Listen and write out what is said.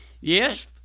Yes